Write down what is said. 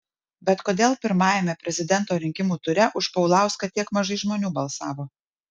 bet kodėl pirmajame prezidento rinkimų ture už paulauską tiek mažai žmonių balsavo